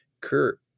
Kurt